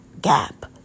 gap